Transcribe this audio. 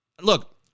Look